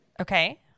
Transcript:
Okay